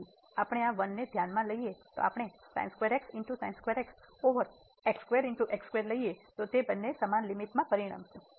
તેથી આપણે આ 1 ને ધ્યાનમાં લઈએ તે આપણે ઓવર લઈએ તો તે બંને સમાન લીમીટમાં પરિણમશે